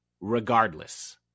regardless